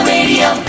Radio